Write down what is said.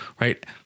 Right